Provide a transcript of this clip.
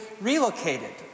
relocated